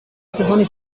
faisant